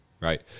right